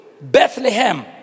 Bethlehem